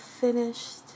finished